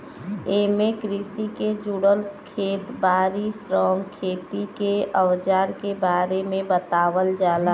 एमे कृषि के जुड़ल खेत बारी, श्रम, खेती के अवजार के बारे में बतावल जाला